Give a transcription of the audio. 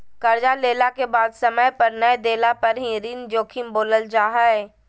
कर्जा लेला के बाद समय पर नय देला पर ही ऋण जोखिम बोलल जा हइ